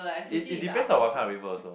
it it depends on what kind of river also